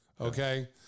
okay